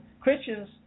Christians